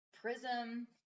Prism